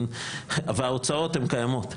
וההוצאות הן קיימות.